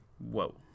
Whoa